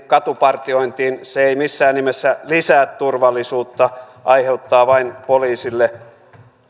katupartiointiin se ei missään nimessä lisää turvallisuutta aiheuttaa vain poliisille